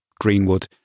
Greenwood